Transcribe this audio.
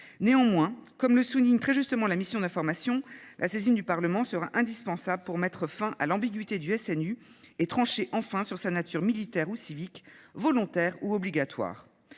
Néanmoins, comme le souligne très justement la mission d'information, la saisine du Parlement sera indispensable pour mettre fin à l'ambiguïté du SNU et trancher enfin sur sa nature militaire ou civique, volontaire ou obligatoire.